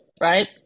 right